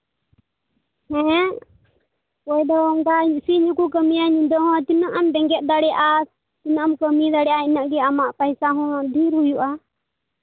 ᱢᱟᱱᱮ ᱚᱠᱚᱭ ᱫᱚ ᱚᱱᱠᱟ ᱥᱤᱧ ᱦᱚᱸ ᱠᱚ ᱠᱟᱹᱢᱤᱭᱟ ᱧᱤᱫᱟᱹ ᱦᱚᱸ ᱛᱤᱱᱟᱹᱜ ᱮᱢ ᱵᱮᱸᱜᱮᱫ ᱫᱟᱲᱮᱭᱟᱜᱼᱟ ᱛᱤᱱᱟᱹᱜ ᱮᱢ ᱠᱟᱹᱢᱤ ᱫᱟᱲᱮᱭᱟᱜᱼᱟ ᱩᱱᱟᱹᱜ ᱜᱮ ᱟᱢᱟᱜ ᱯᱚᱭᱥᱟ ᱦᱚᱸ ᱰᱷᱮᱹᱨ ᱦᱩᱭᱩᱜᱼᱟ